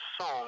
song